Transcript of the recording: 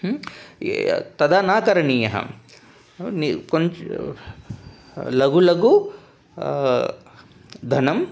तथा न करणीयं नि कोन्च् लघु लघु धनं